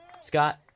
Scott